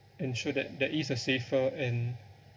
and show that there is a safer and